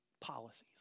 policies